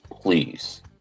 please